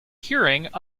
hearing